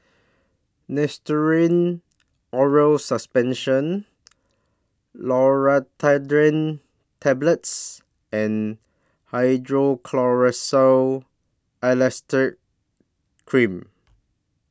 Oral Suspension Loratadine Tablets and Hydrocortisone Acetate Cream